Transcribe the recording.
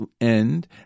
end